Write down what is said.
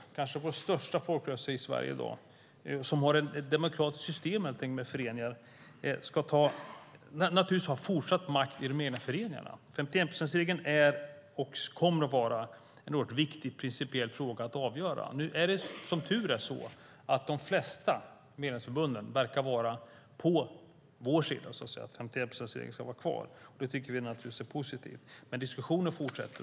Det är kanske den största folkrörelse vi har i dag som har ett demokratiskt system med föreningar. Den ska naturligtvis ha fortsatt makt i de egna föreningarna. En oerhört viktig principiell fråga att avgöra gäller 51-procentsregeln. Nu verkar som tur är de flesta medlemsförbunden vara på vår sida och anser att 51-procentsregeln ska vara kvar. Det tycker vi är positivt. Men diskussionen fortsätter.